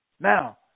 Now